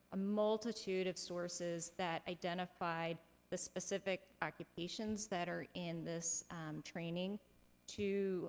a multitude of sources that identified the specific occupations that are in this training to